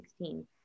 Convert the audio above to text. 2016